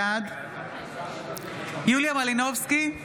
בעד יוליה מלינובסקי,